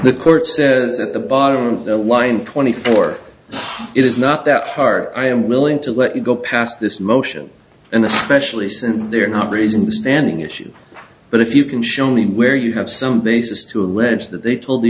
the court says at the bottom line twenty four it is not that hard i am willing to let it go past this motion and especially since they are not raising the standing issue but if you can show me where you have some basis to allege that they told the